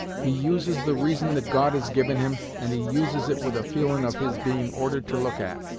he uses the reason that god has given him, and he uses it with a feelin' of his being ordered to look at,